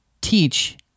teach